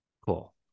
Cool